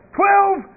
twelve